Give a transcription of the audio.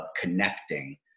connecting